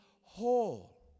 whole